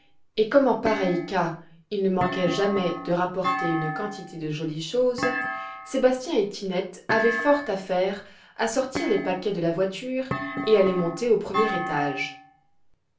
et comme en pareil cas il ne manquait jamais de rapporter une quantité de jolies choses sébastien et tinette avaient fort à faire à sortir les paquets de la voiture et à les monter au premier étage